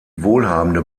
wohlhabende